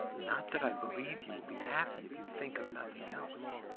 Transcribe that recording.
not that i believe you will be happy if you think of nothing else,